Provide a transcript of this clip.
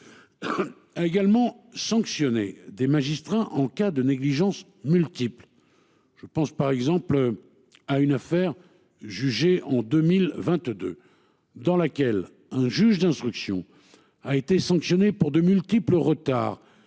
A également sanctionner des magistrats en cas de négligence multiple. Je pense par exemple à une affaire jugée en 2022 dans laquelle un juge d'instruction a été sanctionné pour de multiples retards